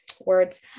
words